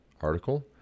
article